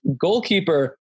goalkeeper